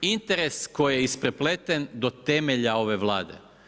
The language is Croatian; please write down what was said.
Interes koji je isprepleten do temelja ove Vlade.